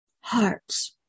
Hearts